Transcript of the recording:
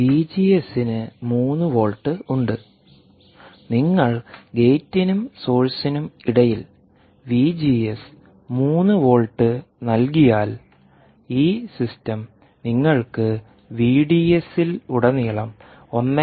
വിജിഎസിന് 3 volt ഉണ്ട് നിങ്ങൾ ഗേറ്റിനും സോഴ്സിനും ഇടയിൽ വിജിഎസ് 3 വോൾട്ട് നൽകിയാൽ ഈ സിസ്റ്റം നിങ്ങൾക്ക് വിഡിഎസിലുടനീളം 1